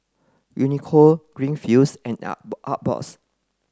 Uniqlo Greenfields and Artbox